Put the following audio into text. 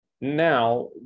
Now